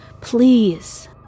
Please